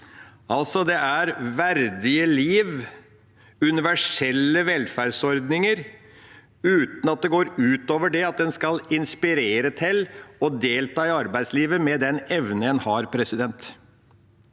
et verdig liv på universelle velferdsordninger uten at det går ut over at en skal inspirere til å delta i arbeidslivet med den evnen en har. Vi